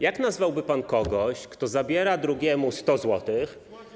Jak nazwałby pan kogoś, kto zabiera drugiemu 100 zł.